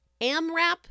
AMRAP